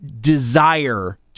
desire